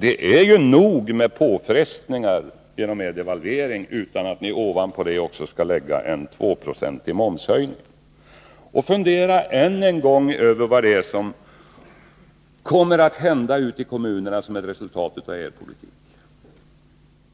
Det är ju nog med påfrestningar genom er devalvering, utan att ni ovanpå detta skall lägga en 2-procentig momshöjning. Och fundera än en gång över vad som kommer att hända ute i kommunerna som ett resultat av er politik.